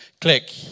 Click